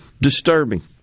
disturbing